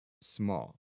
small